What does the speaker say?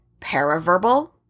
paraverbal